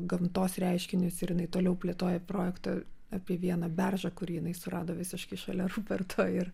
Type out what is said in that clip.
gamtos reiškinius ir jinai toliau plėtoja projektą apie vieną beržą kurį jinai surado visiškai šalia ruperto ir